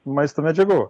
maisto medžiagų